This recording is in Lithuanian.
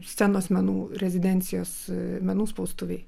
scenos menų rezidencijos menų spaustuvėj